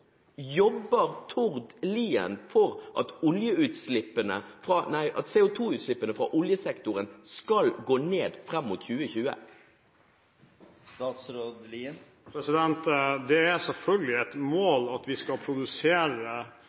Jobber Tord Lien for at CO2-utslippene fra oljesektoren skal gå ned fram mot 2020? Det er selvfølgelig et mål at vi skal produsere